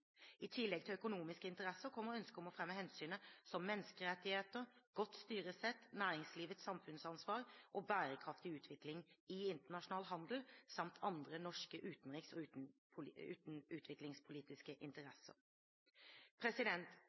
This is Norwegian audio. I tillegg til økonomiske interesser kommer ønsket om å fremme hensyn som menneskerettigheter, godt styresett, næringslivets samfunnsansvar og bærekraftig utvikling i internasjonal handel samt andre norske utenriks- og